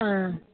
ஆ